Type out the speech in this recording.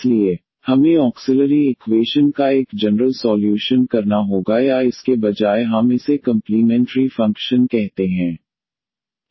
इसलिए हमें auxiliary equation का एक जनरल सॉल्यूशन फाइंड करना होगा या इसके बजाय हम इसे कंप्लीमेंट्री फंक्शन कहते हैं